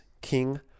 King